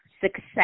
success